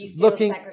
looking